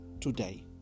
today